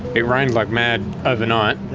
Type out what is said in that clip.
it rained like mad overnight,